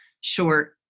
short